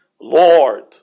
Lord